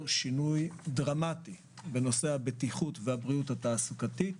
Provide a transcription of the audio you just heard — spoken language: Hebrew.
שינוי דרמטי בנושא הבטיחות והבריאות התעסוקתית.